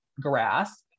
grasp